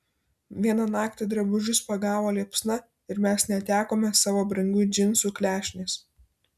vieną naktį drabužius pagavo liepsna ir mes netekome savo brangių džinsų klešnės